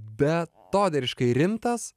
beatodairiškai rimtas